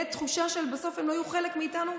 תהיה תחושה שבסוף הם לא יהיו חלק מאיתנו,